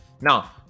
Now